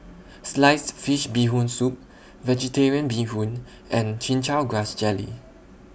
Sliced Fish Bee Hoon Soup Vegetarian Bee Hoon and Chin Chow Grass Jelly